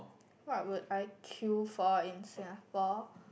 what would I queue for in Singapore